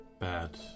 Bad